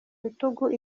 bitugu